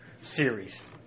series